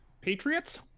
Patriots